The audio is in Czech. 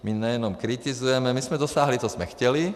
My nejenom kritizujeme, my jsme dosáhli, co jsme chtěli.